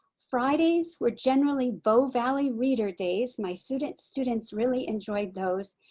fridays were generally bow valley reader days. my students students really enjoyed those.